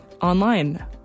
online